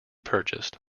purchased